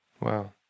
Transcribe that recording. Wow